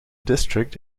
district